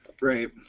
Right